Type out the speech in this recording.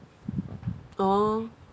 orh